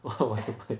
what what happened